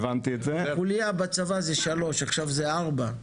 חוליה בצבא זה שלוש, עכשיו זה ארבע.